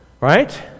Right